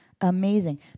amazing